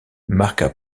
marqua